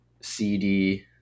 CD